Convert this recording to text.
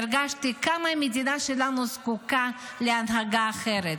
הרגשתי כמה המדינה שלנו זקוקה להנהגה אחרת,